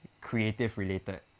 creative-related